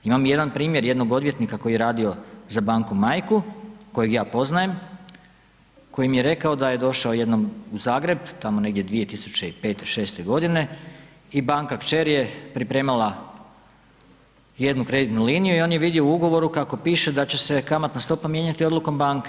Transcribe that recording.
Imam jedan primjer jednog odvjetnika koji je radio za banku majku kojeg ja poznajem koji mi je rekao da je došao jednom u Zagreb tamo negdje 2005., 2006. godine i banka kćer je pripremala jednu kreditnu liniju i on je vidio u ugovoru kako piše da će se kamatna stopa mijenjati odlukom banke.